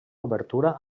obertura